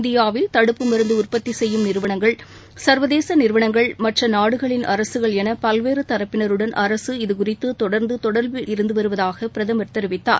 இந்தியாவில் தடுப்பு மருந்து உற்பத்தி செய்யும் நிறுவனங்கள் சர்வதேச நிறுவனங்கள் மற்ற நாடுகளின் அரசுகள் என பல்வேறு தரப்பினருடன் அரசு இதுகுறித்து தொடர்ந்து தொடர்பில் இருந்து வருவதாக பிரதமர் தெரிவித்தார்